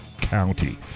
county